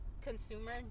consumer